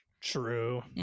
true